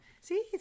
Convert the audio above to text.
see